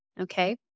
Okay